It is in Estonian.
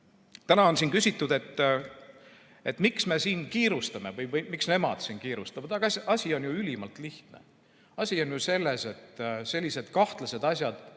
Täna on siin küsitud, miks me kiirustame või miks nemad siin kiirustavad. Aga asi on ju ülimalt lihtne. Asi on ju selles, et sellised kahtlased asjad